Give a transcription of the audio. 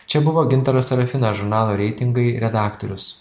čia buvo gintaras serafinas žurnalo reitingai redaktorius